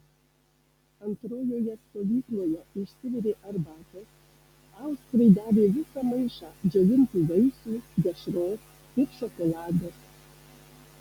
antrojoje stovykloje išsivirė arbatos austrai davė visą maišą džiovintų vaisių dešros ir šokolado